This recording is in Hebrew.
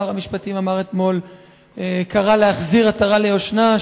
שר המשפטים קרא אתמול להחזיר עטרה ליושנה,